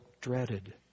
dreaded